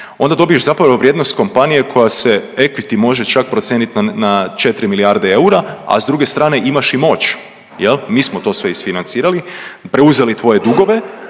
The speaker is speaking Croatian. onda dobiješ zapravo vrijednost kompanije koja se equity može čak procijeniti na 4 milijarde eura, a s druge strane imaš i moć, je li? Mi smo to sve isfinancirali, preuzeli tvoje dugove,